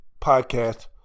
podcast